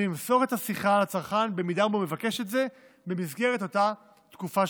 ולמסור את השיחה לצרכן אם הוא מבקש את זה,